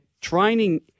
training